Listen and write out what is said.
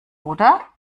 oder